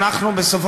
אנחנו סבורים,